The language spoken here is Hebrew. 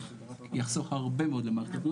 יחסוך הרבה מאוד למערכת הבריאות,